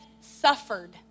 suffered